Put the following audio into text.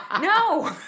no